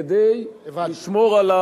כדי לשמור,